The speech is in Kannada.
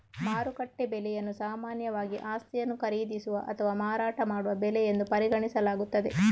ಮಾರುಕಟ್ಟೆ ಬೆಲೆಯನ್ನು ಸಾಮಾನ್ಯವಾಗಿ ಆಸ್ತಿಯನ್ನು ಖರೀದಿಸುವ ಅಥವಾ ಮಾರಾಟ ಮಾಡುವ ಬೆಲೆ ಎಂದು ಪರಿಗಣಿಸಲಾಗುತ್ತದೆ